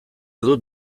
dut